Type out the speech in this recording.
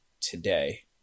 today